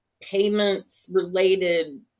payments-related